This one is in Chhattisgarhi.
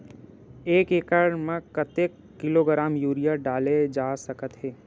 एक एकड़ म कतेक किलोग्राम यूरिया डाले जा सकत हे?